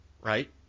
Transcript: right